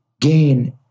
gain